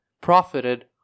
profited